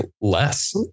less